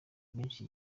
bwinshi